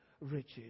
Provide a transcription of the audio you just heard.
riches